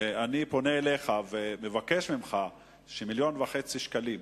אני פונה אליך ומבקש ממך ש-1.5 מיליון שקלים,